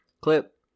Clip